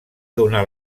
donar